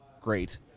Great